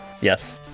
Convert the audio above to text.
Yes